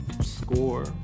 Score